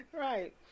Right